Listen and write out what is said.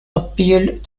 appealed